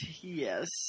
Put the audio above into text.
yes